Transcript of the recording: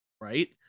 right